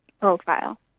profile